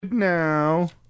Now